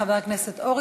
חבר הכנסת יעקב אשר,